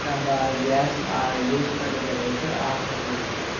நம்ம gas use பண்ணிவிட்ட பிறகு ஆஃப் பண்ணி வைக்கணும்